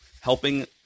helping